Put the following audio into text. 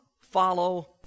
follow